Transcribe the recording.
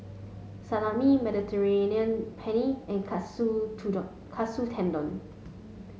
Salami Mediterranean Penne and Katsu Katsu Tendon